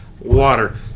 Water